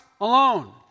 alone